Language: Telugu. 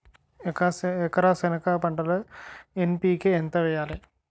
ఎకర సెనగ పంటలో ఎన్.పి.కె ఎంత వేయాలి?